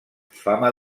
fama